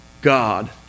God